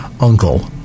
uncle